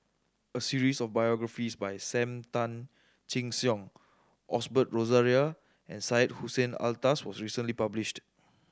a series of biographies about Sam Tan Chin Siong Osbert Rozario and Syed Hussein Alatas was recently published